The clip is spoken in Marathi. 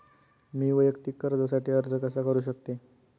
मी वैयक्तिक कर्जासाठी अर्ज कसा करु शकते?